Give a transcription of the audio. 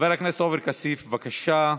חבר הכנסת עופר כסיף, בבקשה.